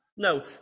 No